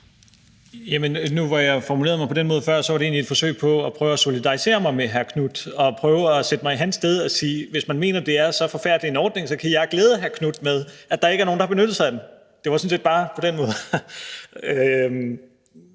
Når jeg nu formulerede mig på den måde før, var det egentlig et forsøg på at solidarisere mig med hr. Marcus Knuth og prøve at sætte mig i hans sted og sige, at jeg, hvis man mener, det er så forfærdelig en ordning, så kan glæde hr. Marcus Knuth med, at der ikke er nogen, der har benyttet sig af den. Det var sådan set bare på den måde.